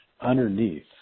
underneath